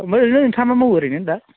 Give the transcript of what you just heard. ओमफ्राय ओरैनो नोंथाङा मा मावो ओरैनो दा